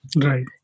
right